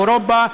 מחוץ לאירופה.